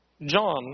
John